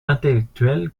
intellectuel